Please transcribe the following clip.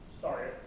sorry